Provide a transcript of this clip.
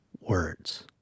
words